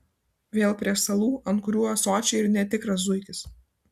vėl prie stalų ant kurių ąsočiai ir netikras zuikis